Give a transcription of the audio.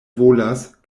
volas